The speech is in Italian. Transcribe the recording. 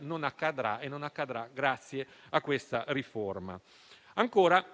non accadrà proprio grazie alla riforma. C'è ancora